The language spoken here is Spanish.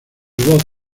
voz